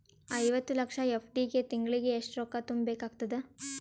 ಐವತ್ತು ಲಕ್ಷ ಎಫ್.ಡಿ ಗೆ ತಿಂಗಳಿಗೆ ಎಷ್ಟು ರೊಕ್ಕ ತುಂಬಾ ಬೇಕಾಗತದ?